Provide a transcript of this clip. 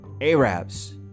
arabs